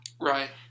Right